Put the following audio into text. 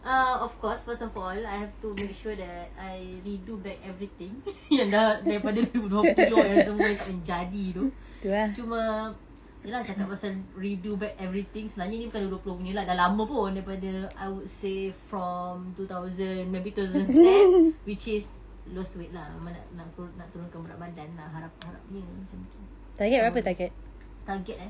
err of course first of all I have to make sure that I redo back everything yang dah daripada dua ribu dua puluh yang semua yang tak menjadi tu cuma ye lah cakap pasal redo back everything sebenarnya ni bukan dua ribu dua puluh punya dah lama pun daripada I would say from two thousand maybe two thousand ten which is lost weight lah memang nak nak tu~ turunkan berat badan lah harap harapnya macam tu tahun target eh